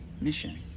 mission